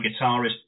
guitarist